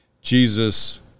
Jesus